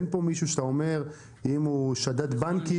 אין כאן מישהו שאתה אומר שאם הוא שדד בנקים,